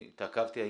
שהתעכבתי.